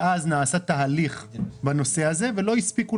מאז נעשה תהליך בנושא הזה ולא הספיקו.